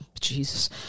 Jesus